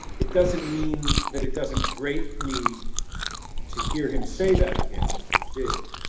it doesn't mean that it doesn't grate me to hear him say that again, it did.